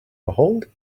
behold